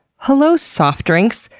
hello, soft drinks!